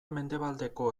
mendebaldeko